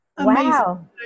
Wow